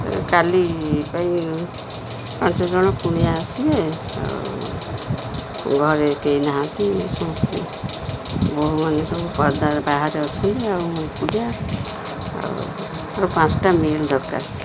କାଲି ପାଇଁ ପାଞ୍ଚଜଣ କୁଣିଆ ଆସିବେ ଆଉ ଘରେ କେହି ନାହାନ୍ତି ସମସ୍ତେ ବୋହୁମାନେ ସବୁ ପଦା ବାହାରେ ଅଛନ୍ତି ଆଉ ମୁଁ ଏକୁଟିଆ ଆଉ ମୋର ପାଞ୍ଚଟା ମିଲ୍ ଦରକାର